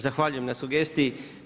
Zahvaljujem na sugestiji.